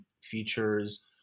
features